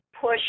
push